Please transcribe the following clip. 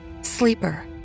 sleeper